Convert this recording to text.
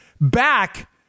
back